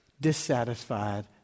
dissatisfied